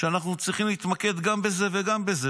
שאנחנו צריכים להתמקד גם בזה וגם בזה,